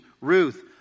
Ruth